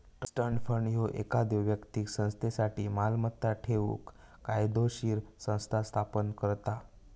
trust fund ह्यो एखाद्यो व्यक्तीक संस्थेसाठी मालमत्ता ठेवूक कायदोशीर संस्था स्थापन करता